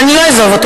ואני לא אעזוב אותו,